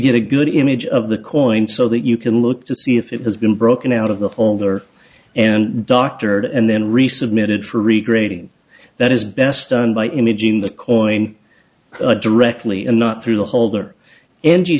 get a good image of the coin so that you can look to see if it has been broken out of the holder and doctored and then resubmitted for regrading that is best done by imaging the coin directly and not through the holder an